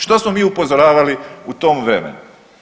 Što smo mi upozoravali u tom vremenu?